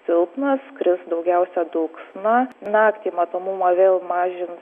silpnas kris daugiausia dulksna naktį matomumą vėl mažin